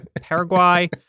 Paraguay